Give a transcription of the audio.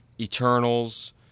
Eternals